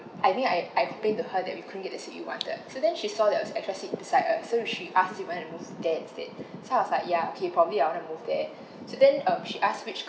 I think I I explain to her that we couldn't get the seat we wanted so then she saw there was extra seat beside us so then she ask if we want to move there instead so I was like ya okay probably I want to move there so then um she ask which